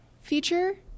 feature